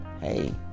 hey